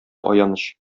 аяныч